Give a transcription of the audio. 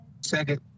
Second